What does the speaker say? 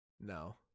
No